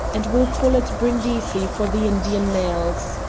and will call at brindisi for the indian mails.